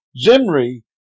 Zimri